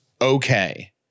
okay